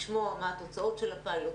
נשמע מה התוצאות של הפיילוט,